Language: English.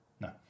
no